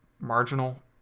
marginal